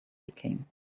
became